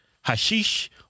hashish